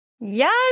Yes